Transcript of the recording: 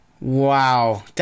Wow